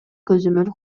көзөмөл